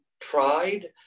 tried